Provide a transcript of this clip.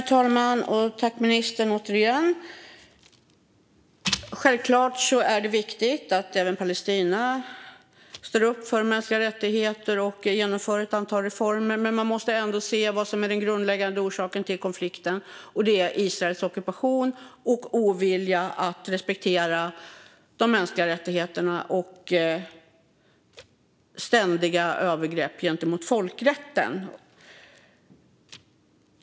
Fru talman! Jag tackar återigen ministern för svaret. Självklart är det viktigt att även Palestina står upp för mänskliga rättigheter och genomför ett antal reformer, men man måste ändå se vad som är den grundläggande orsaken till konflikten: Israels ockupation och ovilja att respektera de mänskliga rättigheterna och ständiga övergrepp gentemot folkrätten.